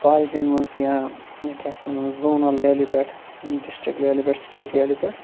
کالجَن منٛز یا کیاہ چھِ وَنان زوٗنَل لیولہِ پٮ۪ٹھ ڈِسٹرک لیولہِ پٮ۪ٹھ سٹیٹ لیولہِ پٮ۪ٹھ